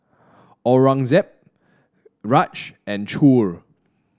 Aurangzeb Raj and Choor